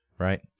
Right